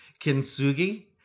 Kintsugi